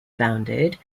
bounded